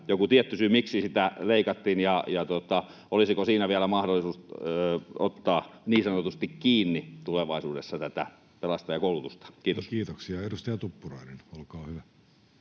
joku tietty syy, miksi sitä leikattiin, ja olisiko siinä vielä mahdollisuus tulevaisuudessa ottaa niin sanotusti kiinni tätä pelastajakoulutusta? — Kiitos. Kiitoksia. — Edustaja Tuppurainen, olkaa hyvä.